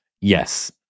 Yes